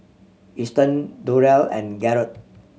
Easton Durrell and Garrett